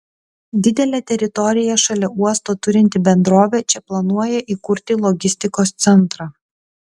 didelę teritoriją šalia uosto turinti bendrovė čia planuoja įkurti logistikos centrą